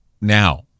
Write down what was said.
now